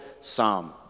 psalm